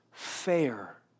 fair